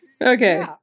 Okay